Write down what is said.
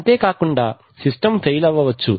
అంతే కాకుండా system fail అవ్వవచ్చు